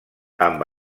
amb